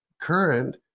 current